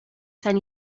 san